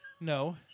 No